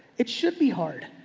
it should be hard.